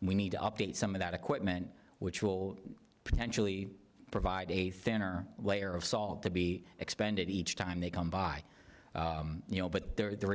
and we need to update some of that equipment which will potentially provide a thinner layer of salt to be expended each time they come by you know but the